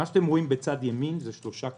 מה שאתם רואים בצד ימין זה שלושה קווים: